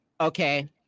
Okay